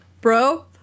Bro